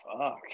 Fuck